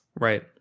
Right